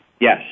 Yes